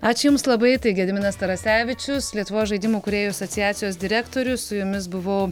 aš jums labai tai gediminas tarasevičius lietuvos žaidimų kūrėjų asociacijos direktorius su jumis buvau